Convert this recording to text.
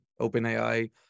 OpenAI